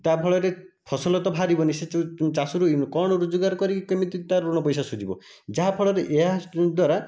ତା' ଫଳରେ ଫସଲ ତ ବାହାରିବନି ଚାଷରୁ କ'ଣ ରୋଜଗାର କରିକି କେମିତି ତା'ର ଋଣ ପଇସା ଶୁଝିବ ଯାହା ଫଳରେ ଏହାଦ୍ୱାରା